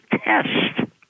test